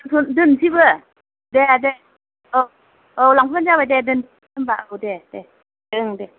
दोनसैबो दे दे औ औ लांबानो जाबाय दे दोनदो होमबा औ दे दे ओं दे